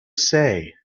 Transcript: say